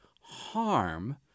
harm